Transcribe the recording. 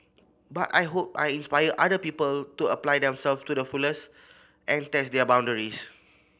but I hope I inspire other people to apply themselves to the fullest and test their boundaries